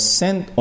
sent